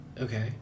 Okay